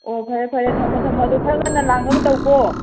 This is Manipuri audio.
ꯑꯣ ꯐꯔꯦ ꯐꯔꯦ ꯊꯝꯃꯣ ꯊꯝꯃꯣ ꯑꯗꯣ ꯈꯔ ꯉꯟꯅ ꯂꯥꯛꯅꯕ ꯇꯧꯀꯣ